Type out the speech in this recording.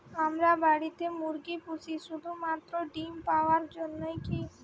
আমরা বাড়িতে মুরগি পুষি শুধু মাত্র ডিম পাওয়ার জন্যই কী?